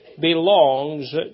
belongs